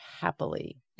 happily